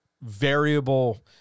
variable